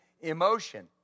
emotion